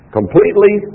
completely